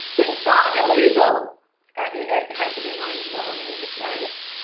it's not illegal it had to be mine as well. i mean you just i just